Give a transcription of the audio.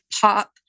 pop